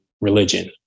religion